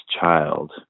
child